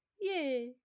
Yay